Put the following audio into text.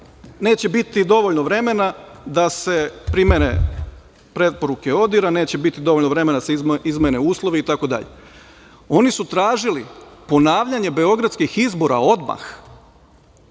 neće biti dovoljno vremena da se primene preporuke ODIHR-a, neće biti dovoljno vremena da se izmene uslovi i tako dalje, oni su tražili ponavljanje beogradskih izbora odmah.